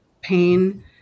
pain